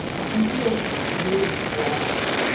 he feels really strongly,